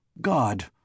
God